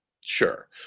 sure